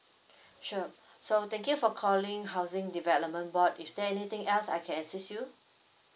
sure so thank you for calling housing development board is there anything else I can assist you